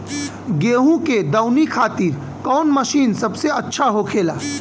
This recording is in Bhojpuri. गेहु के दऊनी खातिर कौन मशीन सबसे अच्छा होखेला?